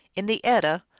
in the edda,